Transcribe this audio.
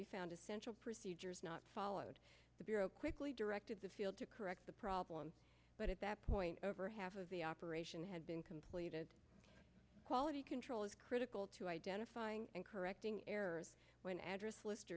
we found essential procedures not followed the bureau quickly directed the field to correct the problem but at that point over half of the operation had been completed quality control is critical to identifying and correcting errors when address list